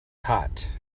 hot